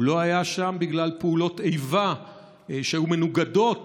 הוא לא היה שם בגלל פעולות איבה שהיו מנוגדות